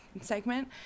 segment